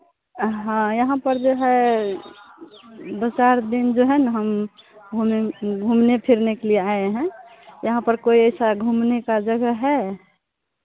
हाँ यहाँ पर जो है दो चार दिन जो है ना हम हम घूमे घूमने फिरने के लिए आए हैं यहाँ पर कोई ऐसा घूमने का जगह है